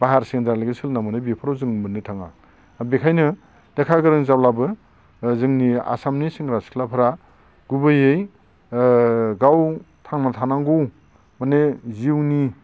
बा हायार सेकेन्डारियाव सोलोंनानै मोनो बेफोराव जों मोननो थाङो बेखायनो लेखा गोरों जाब्लाबो जोंनि आसामनि सेंग्रा सिख्लाफ्रा गुबैयै ओ गाव थांना थानांगौ माने जिउनि